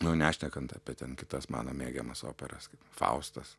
nu nešnekant apie ten kitas mano mėgiamas operas kaip faustas